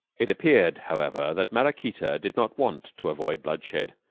it appeared, however, that maraquita did not want to avoid bloodshed,